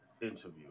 interview